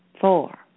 four